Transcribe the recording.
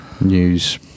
news